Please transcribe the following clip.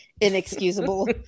inexcusable